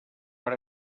per